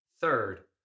Third